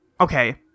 Okay